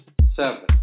seven